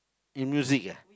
in music ah